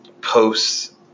posts